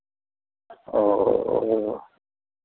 ओ ओ